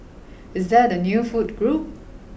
is that a new food group